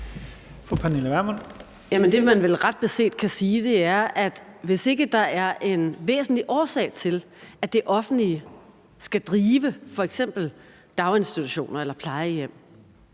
man vel ret beset kan stille, er: Hvis ikke der er en væsentlig årsag til, at det offentlige skal drive f.eks. daginstitutioner eller plejehjem,